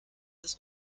dass